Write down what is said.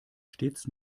stets